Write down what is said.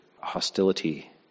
hostility